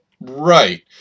Right